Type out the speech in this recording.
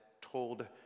told